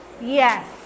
Yes